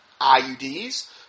IUDs